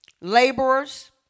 laborers